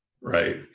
Right